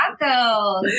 tacos